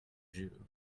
jew